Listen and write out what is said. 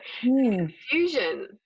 confusion